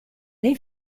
dei